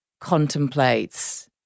contemplates